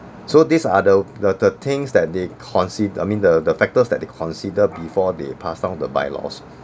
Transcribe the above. so these are the the things that they consider I mean the factors that they consider before they pass down the by-laws